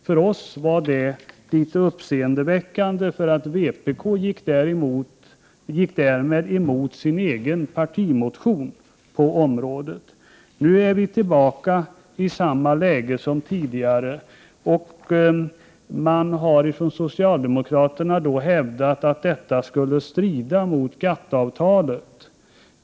För oss var det litet uppseendeväckande, för vpk gick därmed emot sin egen partimotion på området. Nu är frågan tillbaka i samma läge som tidigare. Socialdemokraterna har hävdat att vår tolkning skulle strida mot GATT-avtalet.